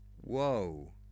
Whoa